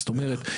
זאת אומרת,